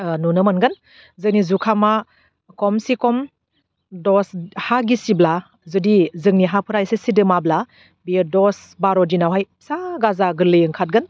ओह नुनो मोनगोन जोंनि जुखामा खमसेखम दस हा गिसिब्ला जुदि जोंनि हाफोरा एसे सिदोमाब्ला बेयो दस बार दिनावहाय फिसा गाजा गोरलै ओंखारगोन